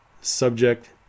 subject